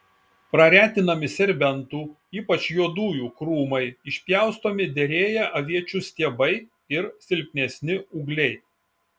praretinami serbentų ypač juodųjų krūmai išpjaustomi derėję aviečių stiebai ir silpnesni ūgliai